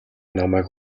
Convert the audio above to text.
намайг